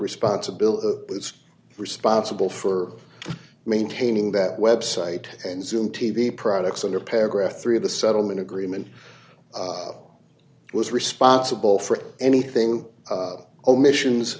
responsibility was responsible for maintaining that website and zoom t v products under paragraph three of the settlement agreement was responsible for anything omissions